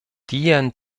tian